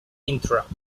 interrupt